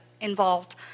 involved